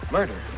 Murder